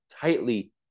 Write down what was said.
tightly